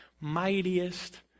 mightiest